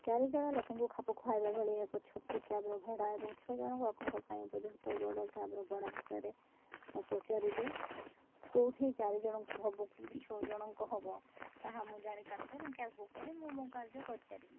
ଚାରିଜଣ ଲୋକଙ୍କୁ ଖାପ ଖୁଆଇବା ଭଳି ଏକ ଛୋଟ କ୍ୟାବ୍ର ଭଡ଼ା ଏବଂ ଛଅ ଜଣଙ୍କ ଲୋକଙ୍କ ପାଇଁ ଉପଯୁକ୍ତ ବଡ଼ କ୍ୟାବ୍ର ଭଡ଼ା ବିଷୟରେ ମୁଁ ପଚାରିଲି କେଉଁଠି ଚାରିଜଣଙ୍କୁ ହବ କେଉଁଠି ଛଅଜଣଙ୍କୁ ହବ ତାହା ମୁଁ ଜାଣିପାରିଲି ଏବଂ କ୍ୟାବ୍ ବୁକ୍ କରି ମୁଁ ମୋ କାର୍ଯ୍ୟ କରିଚାଲିଲି